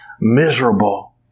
miserable